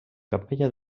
capella